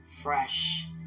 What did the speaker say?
fresh